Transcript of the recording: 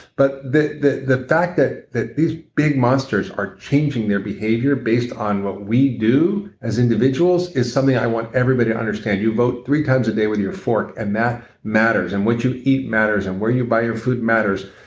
but the the fact that that these big monsters are changing their behavior based on what we do as individuals is something i want everybody to understand. you vote three times a day with your fork and that matters. and what you eat matters. and where you buy your food matters.